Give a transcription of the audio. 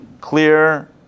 clear